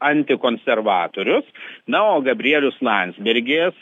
antikonservatorius na o gabrielius landsbergis